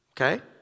Okay